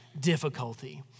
difficulty